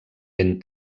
ben